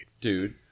Dude